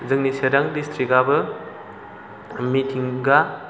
जोंनि चिरां दिस्ट्रिक्टाबो मिथिंगा